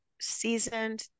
seasoned